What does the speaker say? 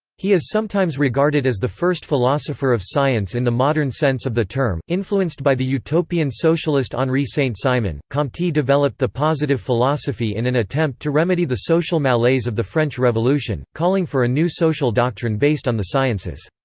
he is sometimes regarded as the first philosopher of science in the modern sense of the term influenced by the utopian socialist henri saint-simon, comte developed the positive philosophy in an attempt to remedy the social malaise of the french revolution, calling for a new social doctrine based on the sciences.